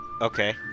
Okay